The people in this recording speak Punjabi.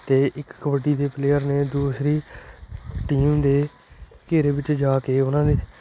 ਅਤੇ ਇੱਕ ਕਬੱਡੀ ਦੇ ਪਲੇਅਰ ਨੇ ਦੂਸਰੀ ਟੀਮ ਦੇ ਘੇਰੇ ਵਿੱਚ ਜਾ ਕੇ ਉਹਨਾਂ ਦੇ